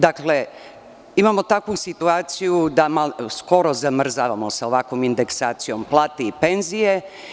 Dakle, imamo takvu situaciju da skoro zamrzavamo sa ovakvom indeksacijom plate i penzije.